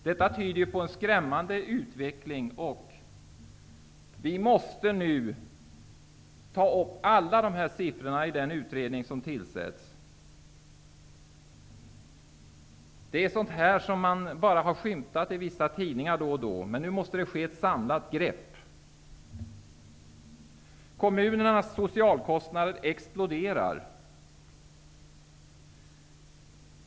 Detta tyder på en skrämmande utveckling, och vi måste nu ta upp alla de här siffrorna i den utredning som tillsätts. Sådant här har bara skymtat i vissa tidningar då och då, men nu måste det ske ett samlat grepp. Kommunernas kostnader för socialbidrag exploderar.